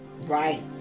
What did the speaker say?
Right